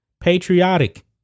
patriotic